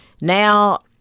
now